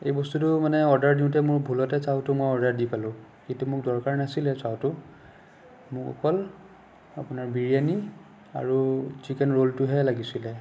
এই বস্তুটো মানে অৰ্ডাৰ দিওঁতে মোৰ ভুলতে চাউটো মই অৰ্ডাৰ দি পালোঁ এইটো মোক দৰকাৰ নাছিলে চাউটো মোক অকল আপোনাৰ বিৰিয়ানী আৰু চিকেন ৰ'লটোহে লাগিছিল